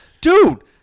Dude